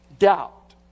Doubt